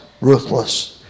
ruthless